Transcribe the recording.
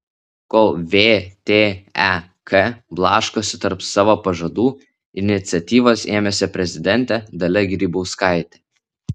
kol vtek blaškosi tarp savo pažadų iniciatyvos ėmėsi prezidentė dalia grybauskaitė